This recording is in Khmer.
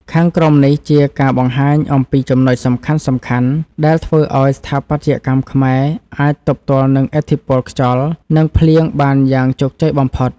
ខាងក្រោមនេះជាការបង្ហាញអំពីចំណុចសំខាន់ៗដែលធ្វើឱ្យស្ថាបត្យកម្មខ្មែរអាចទប់ទល់នឹងឥទ្ធិពលខ្យល់ និងភ្លៀងបានយ៉ាងជោគជ័យបំផុត។